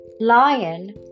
Lion